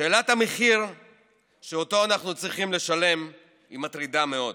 שאלת המחיר שאותו אנחנו צריכים לשלם היא מטרידה מאוד.